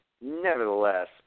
nevertheless